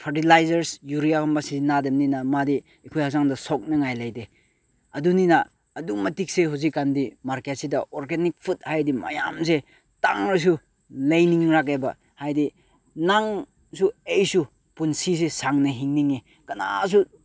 fertilisers ꯌꯨꯔꯤꯌꯥꯒꯨꯝꯕ ꯁꯤꯖꯟꯅꯗꯕꯅꯤꯅ ꯃꯥꯗꯤ ꯑꯩꯈꯣꯏ ꯍꯛꯆꯥꯡꯗ ꯁꯣꯛꯅꯤꯡꯉꯥꯏ ꯂꯩꯇꯦ ꯑꯗꯨꯅꯤꯅ ꯑꯗꯨꯛ ꯃꯇꯤꯛꯁꯦ ꯍꯧꯖꯤꯛꯀꯥꯟꯗꯤ ꯃꯥꯔꯀꯦꯠꯁꯤꯗ ꯑꯣꯔꯒꯥꯅꯤꯛ ꯐꯨꯠ ꯍꯥꯏꯔꯗꯤ ꯃꯌꯥꯝꯁꯦ ꯇꯥꯡꯂꯁꯨ ꯂꯩꯅꯤꯡꯂꯛꯂꯦꯕ ꯍꯥꯏꯗꯤ ꯅꯪꯁꯨ ꯑꯩꯁꯨ ꯄꯨꯟꯁꯤꯁꯦ ꯁꯥꯡꯅ ꯍꯤꯡꯅꯤꯡꯉꯦ ꯀꯅꯥꯁꯨ